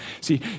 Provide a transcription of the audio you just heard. See